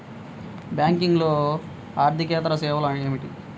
బ్యాంకింగ్లో అర్దికేతర సేవలు ఏమిటీ?